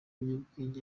ibiyobyabwenge